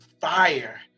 fire